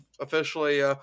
officially –